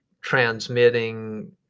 transmitting